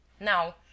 Now